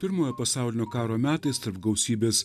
pirmojo pasaulinio karo metais tarp gausybės